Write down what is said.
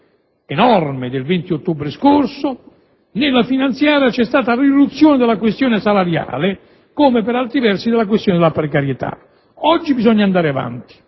del 20 ottobre scorso, nella finanziaria vi è stata l'irruzione della questione salariale, come - per altri versi - della questione della precarietà. Oggi bisogna andare avanti